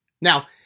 Now